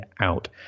out